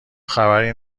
خبری